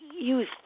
use